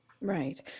Right